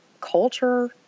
culture